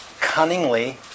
cunningly